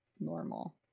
normal